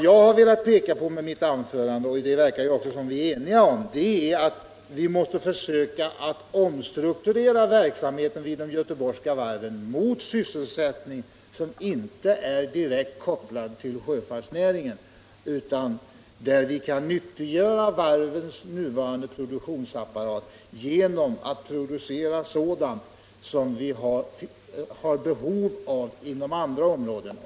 Jag har i mitt anförande velat peka på — och det verkar som vi är eniga om det — att vi måste försöka omstrukturera verksamheten vid varven i Göteborg mot sysselsättning som inte är direkt kopplad till sjöfartsnäringen utan där vi kan nyttiggöra varvens nuvarande produktionsapparat genom att producera sådant som vi har behov av inom andra områden.